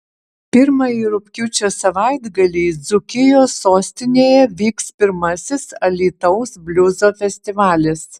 pirmąjį rugpjūčio savaitgalį dzūkijos sostinėje vyks pirmasis alytaus bliuzo festivalis